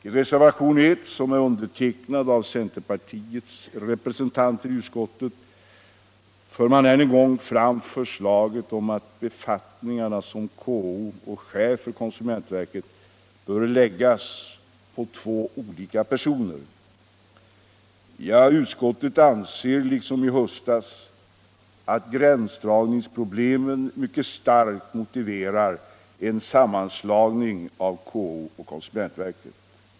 I reservationen 1, som är undertecknad av centerpartiets representanter i utskottet, förs än en gång fram förslaget om att befattningarna som KO och chef för konsumentverket bör läggas på två olika personer. Utskottet anser liksom i höstas att gränsdragningsproblemen mycket starkt motiverar en sammanslagning av KO och konsumentverket.